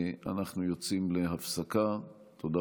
אנחנו יוצאים להפסקה, תודה